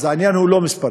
אז העניין הוא לא מספרים.